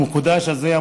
המקודש הזה,